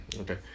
Okay